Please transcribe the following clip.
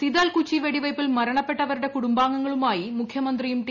സിതാൽകുച്ചി വെടിവെയ്പ്പിൽ മരണപ്പെട്ടവരുടെ കുടുംബാംഗങ്ങളുമായി മുഖ്യമന്ത്രിയും ടി